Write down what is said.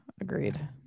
agreed